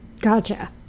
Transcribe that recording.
Gotcha